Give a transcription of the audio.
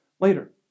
later